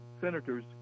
senators